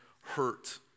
hurt